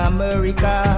America